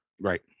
Right